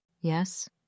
Yes